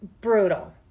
Brutal